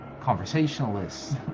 conversationalists